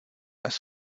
las